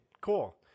cool